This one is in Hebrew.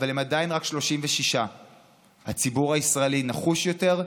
אבל הם עדיין רק 36. הציבור הישראלי נחוש יותר,